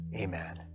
amen